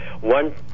one